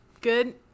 good